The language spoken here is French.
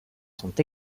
sont